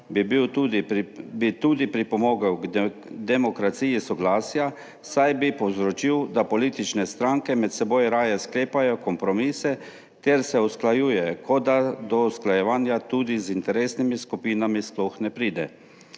bi tudi pripomogel k demokraciji soglasja, saj bi povzročil, da politične stranke med seboj raje sklepajo kompromise ter se usklajuje kot da do usklajevanja tudi z interesnimi skupinami sploh ne pride.